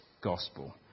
gospel